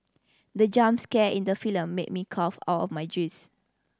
the jump scare in the film made me cough out of my juice